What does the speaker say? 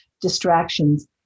distractions